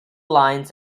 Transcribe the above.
lines